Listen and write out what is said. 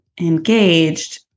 engaged